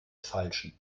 falschen